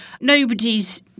nobody's